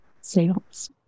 sales